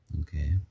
Okay